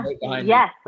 Yes